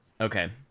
Okay